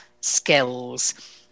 skills